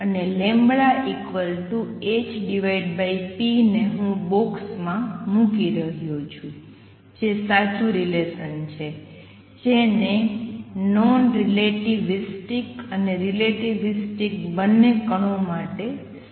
અને λhp ને હું બોક્સમાં મુકી રહ્યો છું જે સાચુ રિલેસન છે જે નોન રિલેટિવિસ્ટિક અને રિલેટિવિસ્ટિક બંને કણો માટે સાચું છે